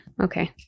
okay